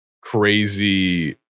crazy